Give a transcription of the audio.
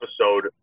episode